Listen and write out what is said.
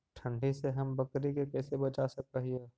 ठंडी से हम बकरी के कैसे बचा सक हिय?